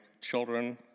children